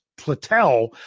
Platel